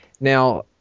Now